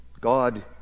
god